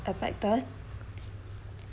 affected